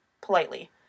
politely